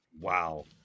Wow